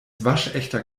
waschechter